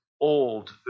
old